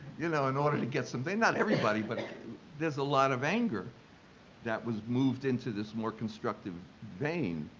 you know, in order to get something, not everybody, but there's a lot of anger that was moved into this more constructive vein,